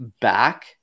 back